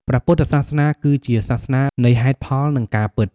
ព្រះពុទ្ធសាសនាគឺជាសាសនានៃហេតុផល និងការពិត។